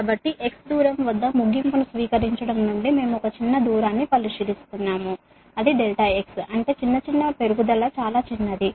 కాబట్టి x దూరం వద్ద ముగింపును స్వీకరించడం నుండి మేము ఒక చిన్న దూరాన్ని పరిశీలిస్తున్నాము ∆x అంటే చిన్న చిన్న పెరుగుదల చాలా చిన్నది